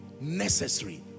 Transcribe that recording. Necessary